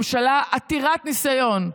ממשלה עתירת ניסיון,